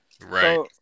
Right